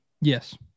Yes